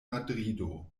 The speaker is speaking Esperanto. madrido